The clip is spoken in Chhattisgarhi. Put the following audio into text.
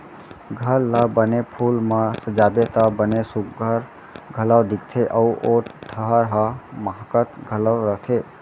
घर ला बने फूल म सजाबे त बने सुग्घर घलौ दिखथे अउ ओ ठहर ह माहकत घलौ रथे